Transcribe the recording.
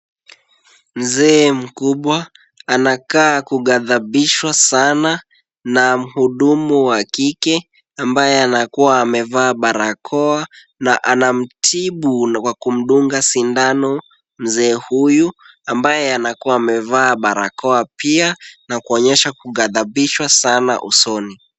Mzee mkubwa anakaa kugadhabishwa sana na muhudumu wa kike, ambaye anakuwa amevaa barakoa na anamtibu kwa kumdunga sindano mzee huyu, ambaye anakuwa amevaa barakoa pia na kuonyesha kugadhabishwa sana usoni.